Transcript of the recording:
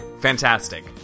Fantastic